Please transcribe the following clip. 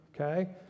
okay